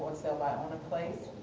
sale by owner place,